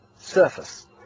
surface